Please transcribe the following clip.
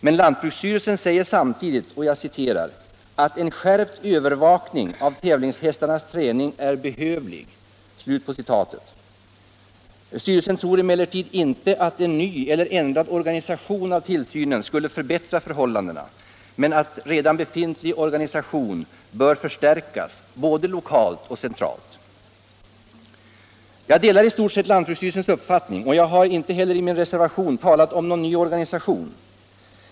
Men lantbruksstyrelsen säger samtidigt ”att en skärpt övervakning av tävlingshästarnas träning är behövlig”. Styrelsen tror emellertid inte att en ny eller ändrad organisation av tillsynen skulle förbättra förhållandena men anser att redan befintlig organisation bör förstärkas både centralt och lokalt. Jag delar i stort sett lantbruksstyrelsens uppfattning, och jag har inte heller i min reservation talat om någon ny organisation.